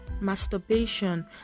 masturbation